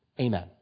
Amen